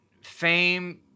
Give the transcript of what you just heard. fame